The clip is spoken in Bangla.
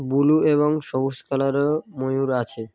ব্লু এবং সবুজ কালারও ময়ূর আছে